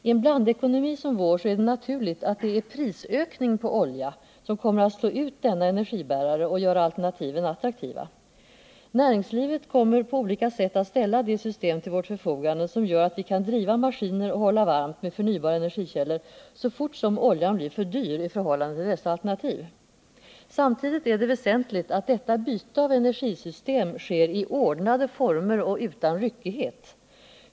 I en blandekonomi som vår är det naturligt att det är prisökning på olja som kommer att slå ut denna energibärare och göra alternativen attraktiva. Näringslivet kommer på olika sätt att ställa de system till vårt förfogande som gör att vi kan driva maskiner och hålla varmt med förnybara energikällor, så fort som oljan blir för dyr i förhållande till dessa alternativ. Samtidigt är det väsentligt att detta byte av energisystem sker i ordnade former och utan ryckighet.